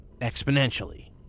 exponentially